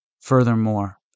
Furthermore